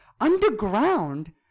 Underground